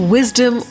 Wisdom